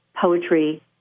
poetry